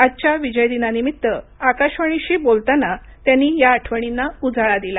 आजच्या विजयदिनानिमित्त आकाशवाणीशी बोलताना त्यांनी या आठवणींना उजाळा दिला